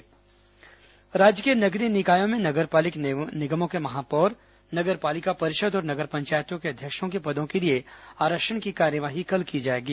नगरीय निकाय आरक्षण राज्य के नगरीय निकायों में नगर पालिक निगमों के महापौर नगर पालिका परिषद और नगर पंचायतों के अध्यक्षों के पदों के लिए आरक्षण की कार्यवाही कल की जाएगी